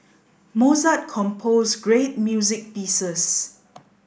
Mozart composed great music pieces